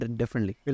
differently